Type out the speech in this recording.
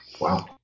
Wow